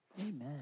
Amen